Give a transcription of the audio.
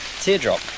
Teardrop